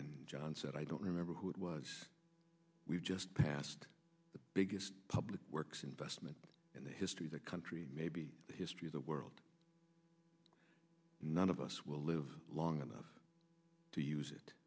one john said i don't remember who it was we just passed the biggest public works investment in the history the country maybe the history of the world none of us will live long enough to use it